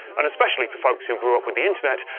and especially for folks who grew up with the internet,